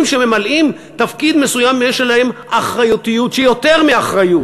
שממלאים תפקיד מסוים יש עליהם אחריותיות שהיא יותר מאחריות.